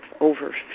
over